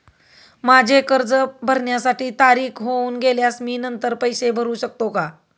माझे कर्ज भरण्याची तारीख होऊन गेल्यास मी नंतर पैसे भरू शकतो का?